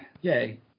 Yay